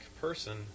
person